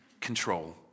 control